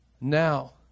Now